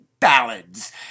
Ballads